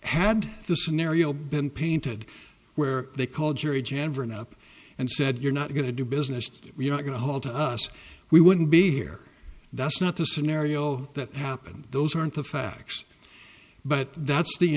had the scenario been painted where they called jerry jan for an up and said you're not going to do business we're not going to haul to us we wouldn't be here that's not the scenario that happened those aren't the facts but that's the